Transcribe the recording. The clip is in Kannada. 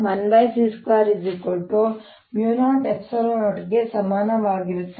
ಇದು 1 c2 00 ಗೆ ಸಮಾನವಾಗಿರುತ್ತದೆ